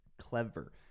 clever